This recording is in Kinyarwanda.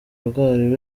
rwari